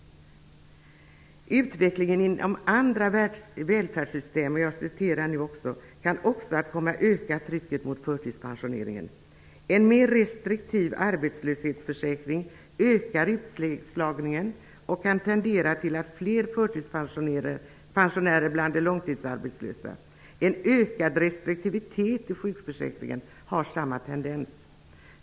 ''Utvecklingen inom andra delar av välfärdssystemet kan också komma att öka trycket mot förtidspensioneringen. En mer restriktiv arbetslöshetsförsäkring ökar utslagningen och kan tendera att leda till fler förtidspensionärer bland de långtidsarbetslösa. En ökad restriktivitet i sjukförsäkringen har samma tendens.